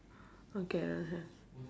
okay I don't have